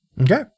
Okay